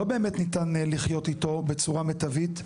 שלא באמת ניתן לחיות אתו בצורה מיטבית,